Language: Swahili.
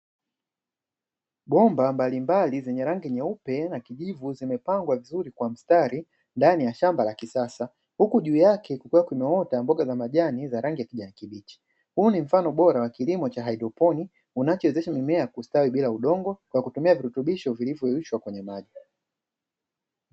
Bomba mbalimbali zenye rangi nyeupe na kijivu, zimepangwa vizuri kwa mstari ndani ya shamba la kisasa, huku juu yake kukiwa kumeota mboga za majani za rangi ya kijani kibichi. Huu ni mfano bora wa kilimo cha haidroponi unachowezesha mimea kustawi bila udongo kwa kutumia virutubisho vilivyoyeyushwa kwenye maji.